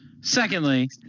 Secondly